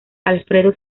alfredo